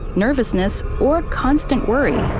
nervousness or constant worry,